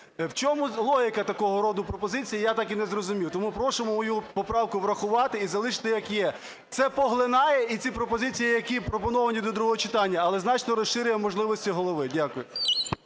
В чому логіка такого роду пропозицій, я так і не зрозумів. Тому прошу мою поправку врахувати і залишити, як є. Це поглинає і ці пропозиції, які пропоновані до другого читання, але значно розширює можливості голови. Дякую.